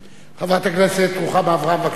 חברת הכנסת רוחמה אברהם, בבקשה.